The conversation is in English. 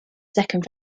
second